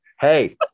Hey